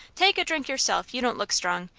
take a drink yourself you don't look strong.